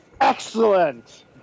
excellent